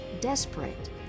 desperate